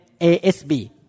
ASB